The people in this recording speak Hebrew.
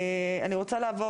אני רוצה לעבור,